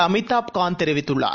அமிதாப் காந்த் தெரிவித்துள்ளார்